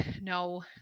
no